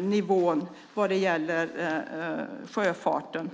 nivån vad gäller sjöfarten.